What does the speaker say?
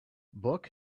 book